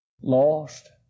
Lost